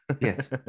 yes